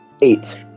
eight